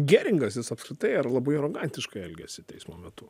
geringas jis apskritai ar labai arogantiškai elgėsi teismo metu